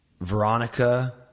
Veronica